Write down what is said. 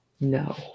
No